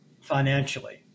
financially